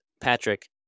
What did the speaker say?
Patrick